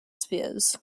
spears